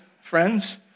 friends